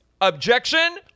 objection